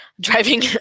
driving